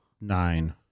nine